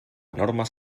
normes